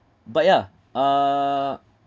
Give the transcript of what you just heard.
but yeah uh